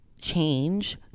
change